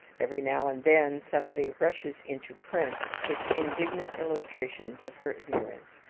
every now and then somebody rushes into print with indignant illustrations of her ignorance,